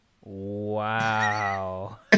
Wow